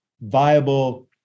viable